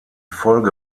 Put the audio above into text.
folge